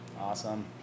Awesome